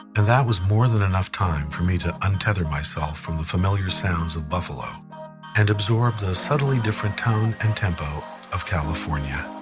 and that was more than enough time for me to untether myself from the familiar sounds from buffalo and absorb the subtly different tone and tempo of california.